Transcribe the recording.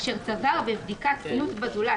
אשר צבר בבדיקת תלות בזולת,